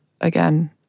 again